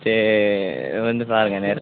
சே வந்து பாருங்கள் நேர்ல